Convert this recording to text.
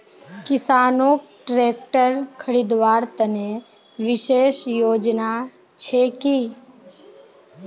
किसानोक ट्रेक्टर खरीदवार तने विशेष योजना छे कि?